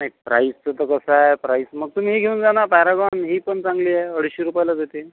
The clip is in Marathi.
नाही प्राइसचं तर कसं आहे प्राइस मग तुम्ही ही घेऊन जा ना पैरागॉन ही पण चांगली आहे अडीचशे रुपयालाच येते